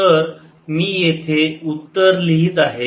तर मी येथे उत्तर लिहित आहे